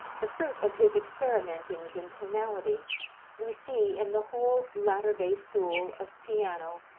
the fruit of his experimentings in tonality we see in the whole latter-day school of piano,